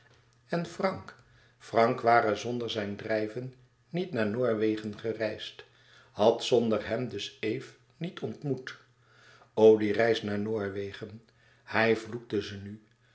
en frank frank ware zonder zijn drijven niet naar noorwegen gereisd had zonder hem dus eve niet ontmoet o die reis naar noorwegen hij vloekte ze nu